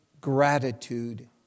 gratitude